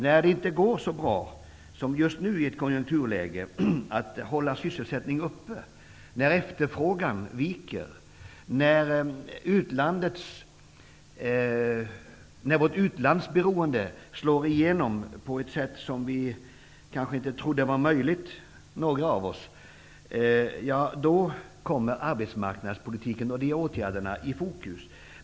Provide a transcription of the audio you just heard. När det som i just detta konjunkturläge inte går så bra att hålla sysselsättningen uppe, när efterfrågan viker och när vårt utlandsberoende slår igenom på ett sätt som inte någon av oss trodde var möjligt, kommer de arbetsmarknadspolitiska åtgärderna i fokus.